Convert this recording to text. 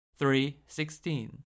3.16